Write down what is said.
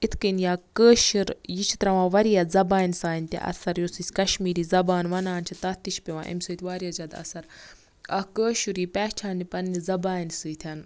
اِتھ کٔنۍ یا کٲشُر یہِ چھِ ترٛاوان واریاہ زَبانہِ سانہِ تہِ اَثر یُس أسۍ کَشمیٖری زَبان وَنان چھِ تَتھ تہِ چھِ پیٚوان اَمہِ سۭتۍ واریاہ زیادٕ اَثر اَکھ کٲشُر یی پہچاننہِ پَننہِ زَبانہِ سۭتۍ